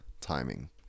timing